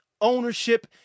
ownership